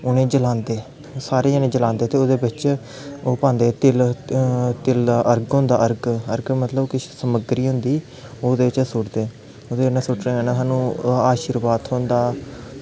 उ'नें गी जलांदे सारे जनें जलांदे ते ओह्दै बिच्च ओह् पांदे तिलें दा अर्ग होंदा अर्ग अर्ग मतलब किश समग्री होंदी ओह्दे बिच्च सुट्टदे ओह्दे बिच्च सुट्टने कन्नै सानूं शीरबाद थ्होंदा